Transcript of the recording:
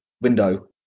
window